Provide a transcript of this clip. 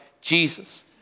Jesus